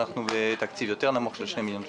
אנחנו בתקציב יותר נמוך של 2 מיליון שקל.